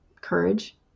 courage